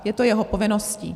Je to jeho povinností.